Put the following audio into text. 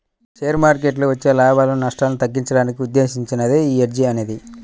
share మార్కెట్టులో వచ్చే లాభాలు, నష్టాలను తగ్గించడానికి ఉద్దేశించినదే యీ హెడ్జ్ అనేది